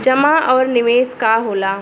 जमा और निवेश का होला?